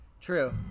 True